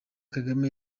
kagame